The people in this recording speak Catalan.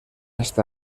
està